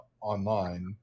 online